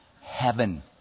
Heaven